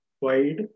wide